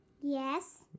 Yes